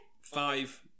five